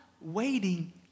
waiting